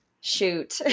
Shoot